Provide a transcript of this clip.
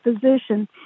physician